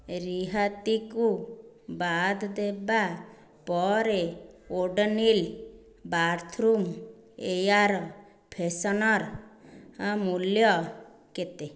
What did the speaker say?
ରିହାତି କୁ ବାଦ୍ ଦେବା ପରେ ଓଡୋନିଲ୍ ବାଥ୍ରୁମ୍ ଏୟାର୍ ଫ୍ରେଶନର୍ର ମୂଲ୍ୟ କେତେ